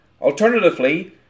Alternatively